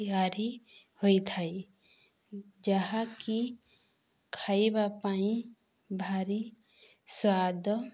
ତିଆରି ହୋଇଥାଏ ଯାହାକି ଖାଇବା ପାଇଁ ଭାରି ସ୍ୱାଦ